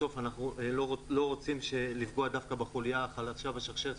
בסוף אנחנו לא רוצים לפגוע דווקא בחוליה החלשה בשרשרת